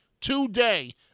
today